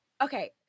Okay